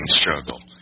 struggle